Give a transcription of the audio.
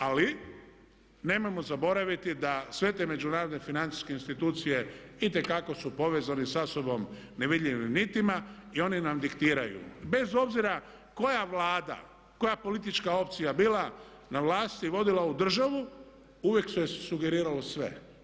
Ali nemojmo zaboraviti da sve te međunarodne financijske institucije itekako su povezani sa sobom nevidljivim nitima i oni nam diktiraju bez obzira koja vlada, koja politička opcija bila na vlasti, vodila ovu državu uvijek se sugeriralo sve.